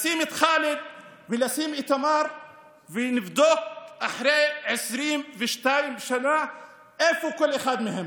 לשים את חאלד ולשים את איתמר ולבדוק אחרי 22 שנה איפה כל אחד מהם,